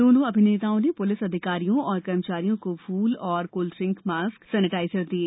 दोनों अभिनेताओं ने प्लिस अधिकारियों एवं कर्मचारियों को फूल और कोल्ड ड्रिंक मास्क तथा सेनेटाइजर दिये